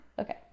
Okay